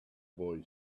boy